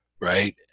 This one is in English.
right